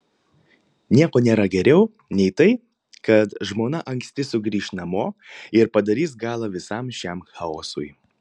nieko nėra geriau nei tai kad žmona anksti sugrįš namo ir padarys galą visam šiam chaosui